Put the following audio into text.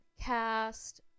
cast